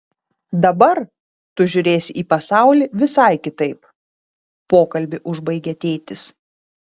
dabar tu žiūrėsi į pasaulį visai kitaip pokalbį užbaigė tėtis